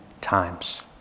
times